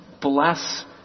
bless